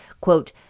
quote